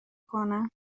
کنن